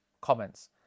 comments